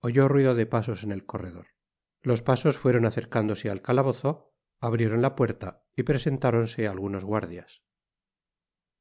oyó ruido de pasos en el corredor los pasos fuero acercándose al calabozo abrieron la puerta y presentáronse algunos guardias